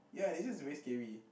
ya is just very scary